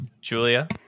Julia